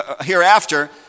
hereafter